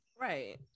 Right